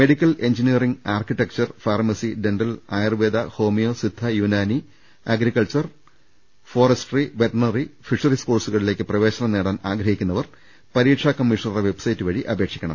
medical engineering architecture pharmacy dental Ayurveda homeo Siddha Unani agriculture forestry veterinary fisheries കോഴ്സുകളിലേക്ക് പ്രവേശനം നേടാൻ ആഗ്രഹിക്കുന്നവർ പരീക്ഷാ കമ്മീഷണറുടെ വെബ്സൈറ്റ് വഴി അപേക്ഷിക്കണം